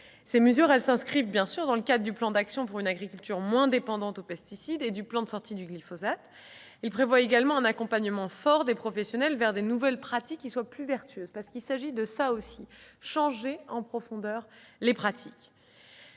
Elles s'inscrivent bien sûr dans le cadre du plan d'action pour une agriculture moins dépendante aux pesticides et du plan de sortie du glyphosate. Il est également prévu un accompagnement fort des professionnels vers de nouvelles pratiques plus vertueuses. Il s'agit bien de les changer en profondeur. Nous portons